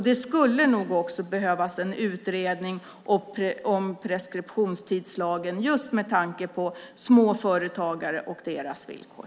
Det skulle nog också behövas en utredning om preskriptionstidslagen just med tanke på småföretagarna och deras villkor.